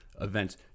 events